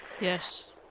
Yes